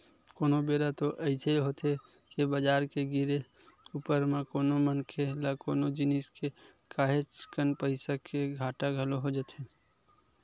कोनो बेरा तो अइसे होथे के बजार के गिरे ऊपर म कोनो मनखे ल कोनो जिनिस के काहेच कन पइसा के घाटा घलो हो जाथे